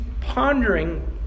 pondering